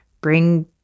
bring